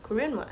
korean [what]